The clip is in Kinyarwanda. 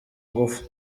ngufu